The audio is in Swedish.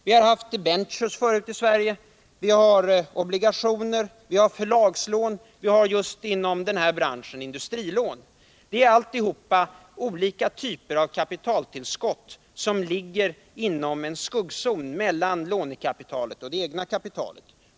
Vi har i Sverige tidigare haft debentures, nu finns obligationer, förlagslån och inom den just nu aktuella branschen industrilån. Alla dessa former av kapitaltillskott ligger inom en skuggzon mellan lånekapitalet och det egna kapitalet.